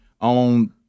on